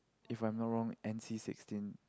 if I'm not wrong N_C sixteen